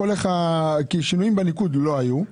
כי שינויים בניקוד לא היו,